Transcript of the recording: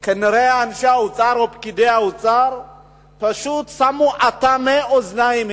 זה שכנראה אנשי האוצר ופקידי האוצר פשוט שמו אטמי אוזניים,